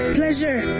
pleasure